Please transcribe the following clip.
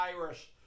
Irish